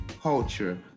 culture